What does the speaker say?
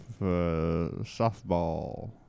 softball